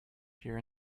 pure